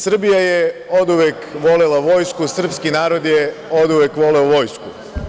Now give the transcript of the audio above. Srbija je oduvek volela vojsku, srpski narod je oduvek voleo vojsku.